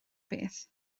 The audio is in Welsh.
beth